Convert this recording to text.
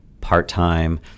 part-time